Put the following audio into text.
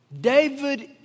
David